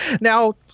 Now